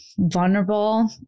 vulnerable